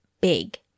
big